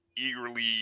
eagerly